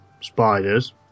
Spiders